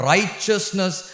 Righteousness